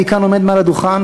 אני כאן עומד מעל הדוכן,